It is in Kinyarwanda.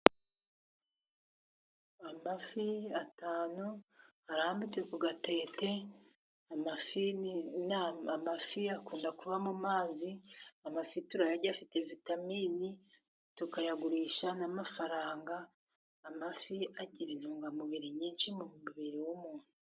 Amafi atanu arambitse ku gatete, amafi akunda kuba mu mazi, amafi turayarya afite vitamini tukayagurisha n'amafaranga. Amafi agira intungamubiri nyinshi mu mubiri w'umuntu.